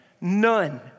none